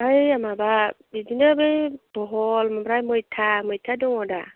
होइयो माबा बिदिनो बे बहल ओमफ्राय मैथा मैथा दङ दा